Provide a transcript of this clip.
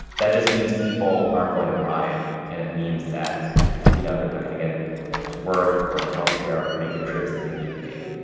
that just means people aren't going to ride and it means that you know they're not going to get to work or to healthcare or make the trips that they need to make